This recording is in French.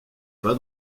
pas